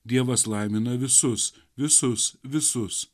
dievas laimina visus visus visus